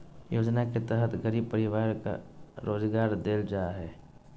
योजना के तहत गरीब परिवार के रोजगार देल जा हइ